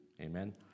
Amen